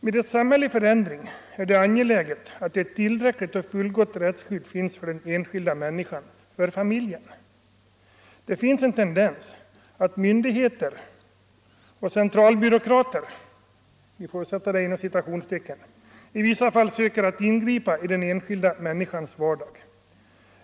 Med ett samhälle i förändring är det angeläget att ett tillräckligt och fullgott rättsskydd finns för den enskilda människan, för familjen. Det finns en tendens till att myndigheter och ”centralbyråkrater” i vissa fall söker ingripa i den enskilda människans vardag.